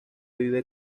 vive